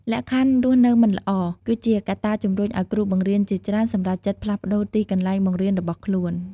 លក្ខខណ្ឌរស់នៅមិនល្អ គឺជាកត្តាជំរុញឲ្យគ្រូបង្រៀនជាច្រើនសម្រេចចិត្តផ្លាស់ប្តូរទីកន្លែងបង្រៀនរបស់ខ្លួន។